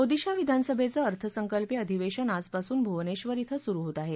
ओदिशा विधानसभेचं अर्थसंकल्पीय अधिवेशन आजपासून भुवनेशर इथं सुरु होत आहे